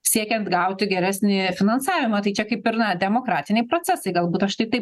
siekiant gauti geresnį finansavimą tai čia kaip ir na demokratiniai procesai galbūt aš tai taip